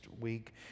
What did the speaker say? week